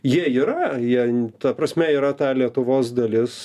jie yra jie ta prasme yra ta lietuvos dalis